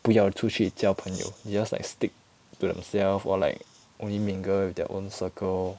不要出去交朋友 they just like stick to themselves or like only mingle with their own circle